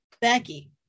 becky